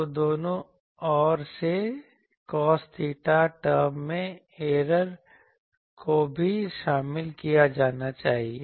तो दोनों ओर से cos theta टरम में ऐरर को भी शामिल किया जाना चाहिए